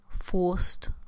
forced